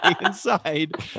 inside